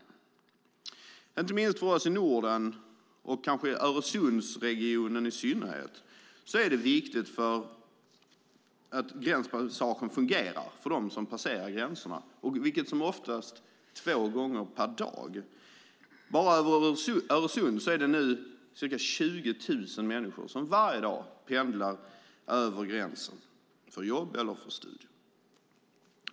Det är inte minst viktigt för oss i Norden, och i synnerhet i Öresundsregionen, att gränspassagen fungerar för dem som passerar gränserna, vilket oftast sker två gånger per dag. Nu är det ca 20 000 människor som varje dag pendlar över gränsen vid Öresund för jobb eller studier.